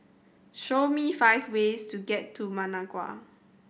show me five ways to get to Managua